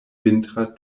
vintra